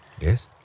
Yes